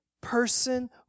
person